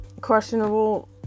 questionable